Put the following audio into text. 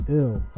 ill